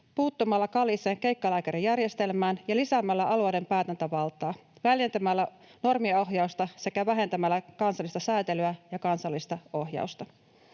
puuttumalla kalliiseen keikkalääkärijärjestelmään ja lisäämällä alueiden päätäntävaltaa, väljentämällä normiohjausta sekä vähentämällä kansallista säätelyä ja kansallista ohjausta.